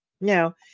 Now